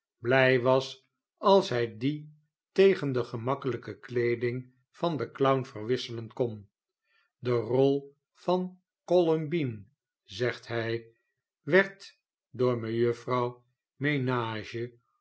blij was als hij die tegen de gemakkelijke kleeding van den clown verwisselen kon de rol van colombine zegt hij werd door mejuffrouw menage